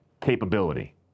capability